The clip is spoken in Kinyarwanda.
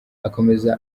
akomeza